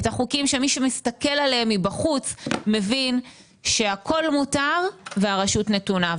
את החוקים שמי שמסתכל עליהם מבחוץ מבין שהכול מותר והרשות נתונה.